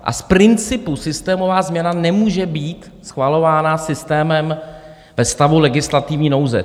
A z principu systémová změna nemůže být schvalována systémem ve stavu legislativní nouze.